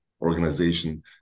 organization